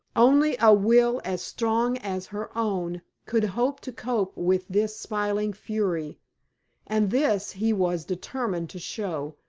only a will as strong as her own could hope to cope with this smiling fury and this he was determined to show,